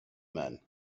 men